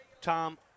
Tom